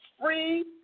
free